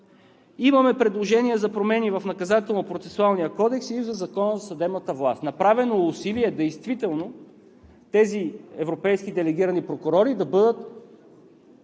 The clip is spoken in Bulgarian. Имаме предложение за промени в Наказателно-процесуалния кодекс и в Закона за съдебната власт. Направено е усилие действително тези европейски делегирани прокурори да бъдат